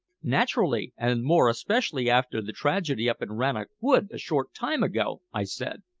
naturally. and more especially after the tragedy up in rannoch wood a short time ago, i said.